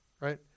right